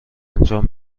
انجام